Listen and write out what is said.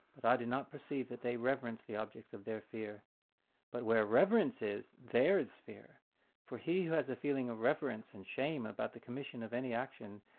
but i do not perceive that they reverence the objects of their fear but where reverence is, there is fear for he who has a feeling of reverence and shame about the commission of any action,